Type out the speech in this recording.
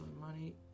money